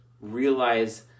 realize